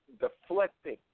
deflecting